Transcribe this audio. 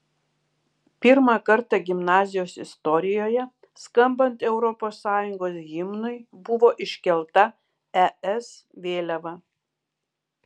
pirmą kartą gimnazijos istorijoje skambant europos sąjungos himnui buvo iškelta es vėliava